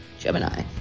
Gemini